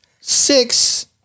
Six